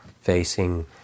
facing